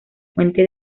fuente